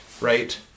right